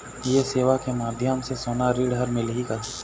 ये सेवा के माध्यम से सोना ऋण हर मिलही का?